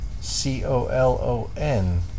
C-O-L-O-N